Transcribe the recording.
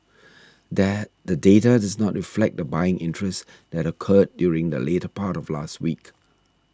that the data dose not reflect the buying interest that occurred during the latter part of last week